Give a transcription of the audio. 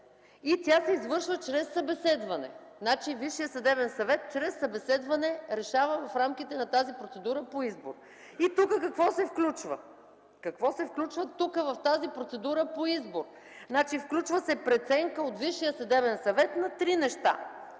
и се извършва чрез събеседване. Значи Висшият съдебен съвет чрез събеседване решава в рамките на тази процедура по избор. Какво се включва в тази процедура по избор?! Включва се преценка от Висшия съдебен съвет на три неща,